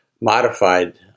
modified